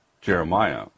Jeremiah